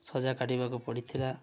ସଜା କାଟିବାକୁ ପଡ଼ିଥିଲା